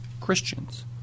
Christians